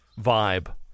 vibe